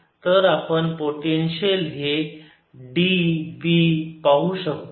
तर आपण पोटेन्शियल हे d b पाहू शकतो